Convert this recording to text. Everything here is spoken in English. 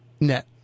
Net